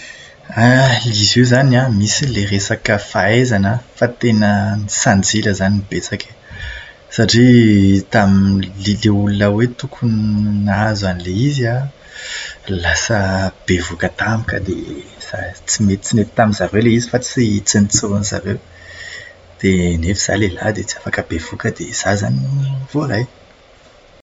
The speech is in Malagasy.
Ah, izy io izany an, misy ilay resaka fahaizana, fa tena ny sanjila zany no betsaka e. Satria tamin'ilay olona tokony hoe nahazo an'ilay izy an, lasa bevohoka tampoka dia za- tsy nety tamin'izareo ilay izy fa tsy notsorin'izareo. Dia nefa izaho lehilahy dia tsy afaka bevohoka dia izaho izany no voaray!